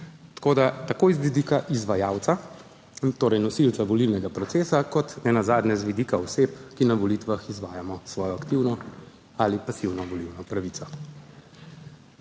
tako z vidika izvajalca, torej nosilca volilnega procesa, kot nenazadnje z vidika oseb, ki na volitvah izvajamo svojo aktivno ali pasivno volilno pravico.